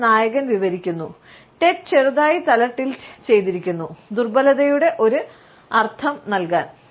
അതിൽ നായകൻ വിവരിക്കുന്നു ടെഡ് ചെറുതായി തല ടിൽറ്റ് ചെയ്തിരിക്കുന്നു ദുർബലതയുടെ ഒരു അർത്ഥം നൽകാൻ